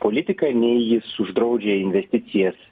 politiką nei jis uždraudžia investicijas